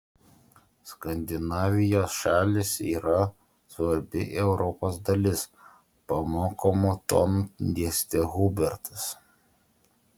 skandinavijos šalys yra svarbi europos dalis pamokomu tonu dėstė hubertas